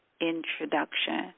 introduction